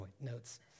notes